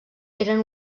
eren